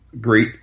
great